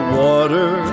water